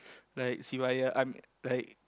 like Sivaya I'm like